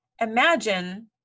Imagine